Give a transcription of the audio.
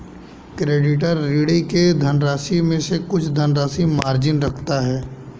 creditor, ऋणी के धनराशि में से कुछ धनराशि मार्जिन रखता है